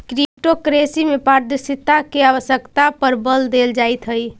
crypto currency में पारदर्शिता के आवश्यकता पर बल देल जाइत हइ